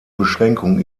beschränkung